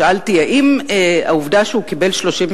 שאלתי: האם העובדה שהוא קיבל 35